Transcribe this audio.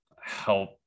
help